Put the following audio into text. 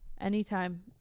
Anytime